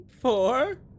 Four